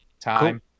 time